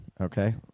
Okay